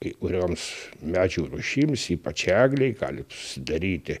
kai kurioms medžių rūšims ypač eglei gali susidaryti